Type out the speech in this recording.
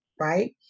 Right